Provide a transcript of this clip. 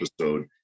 episode